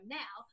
now